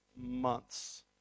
months